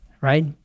right